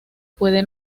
puede